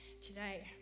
today